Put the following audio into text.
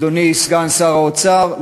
אדוני סגן שר האוצר,